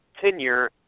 tenure